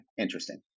interesting